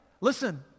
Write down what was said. listen